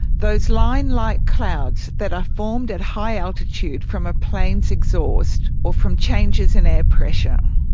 those line-like clouds that are formed at high altitude from a plane's exhaust or from changes in air pressure.